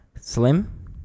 slim